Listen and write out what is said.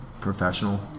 professional